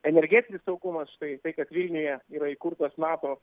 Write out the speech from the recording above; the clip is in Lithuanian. energetinis saugumas štai tai kad vilniuje yra įkurtas nato